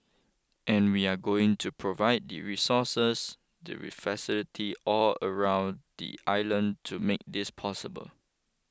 and we are going to provide the resources the re facility all around the island to make this possible